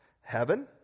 Heaven